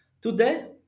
today